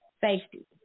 safety